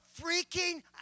freaking